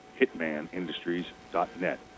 hitmanindustries.net